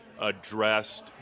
addressed